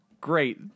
Great